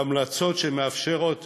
המלצות שמאפשרות